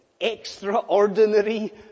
extraordinary